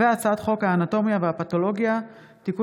הצעת חוק האנטומיה והפתולוגיה (תיקון